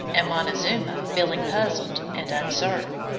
and montezuma feeling puzzled and uncertain.